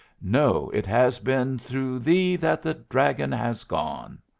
know it has been through thee that the dragon has gone!